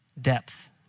depth